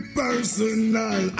personal